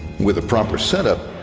with a proper set up,